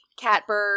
Catbird